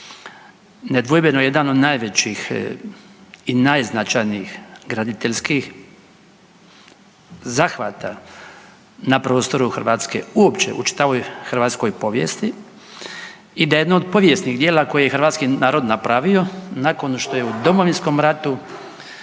nedvojbeno jedan od najvećih i najznačajnijih graditeljskih zahvata na prostoru Hrvatske uopće u čitavoj hrvatskoj povijesti i da je jedno od povijesnih djela koje je hrvatski napravio nakon što je u Domovinskom ratu